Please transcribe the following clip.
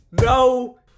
no